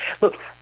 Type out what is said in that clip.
Look